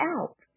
out